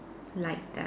like that